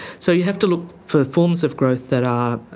so you have to look for forms of growth that are,